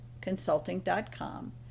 Consulting.com